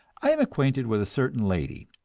i am acquainted with a certain lady,